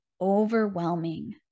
overwhelming